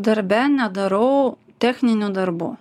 darbe nedarau techninių darbų